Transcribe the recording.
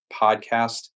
podcast